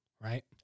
right